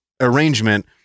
arrangement